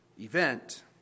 event